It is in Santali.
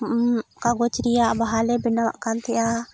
ᱠᱟᱜᱚᱡᱽ ᱨᱮᱭᱟᱜ ᱵᱟᱦᱟ ᱞᱮ ᱵᱮᱱᱟᱣ ᱮᱫᱠᱟᱱ ᱛᱟᱦᱮᱫᱼᱟ